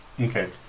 Okay